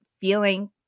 feeling